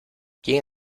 quién